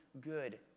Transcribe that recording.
good